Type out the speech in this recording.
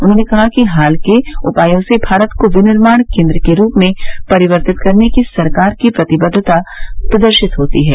उन्होंने कहा कि हाल के उपायों से भारत को विनिर्माण केन्द्र के रूप में परिवर्तित करने की सरकार की प्रतिबद्वता प्रदर्शित होती है